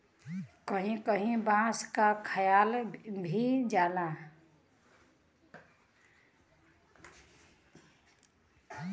कहीं कहीं बांस क खायल भी जाला